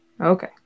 okay